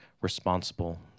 responsible